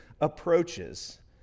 approaches